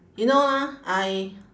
you know ah I